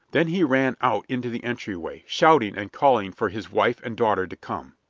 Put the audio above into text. then he ran out into the entryway, shouting and calling for his wife and daughter to come.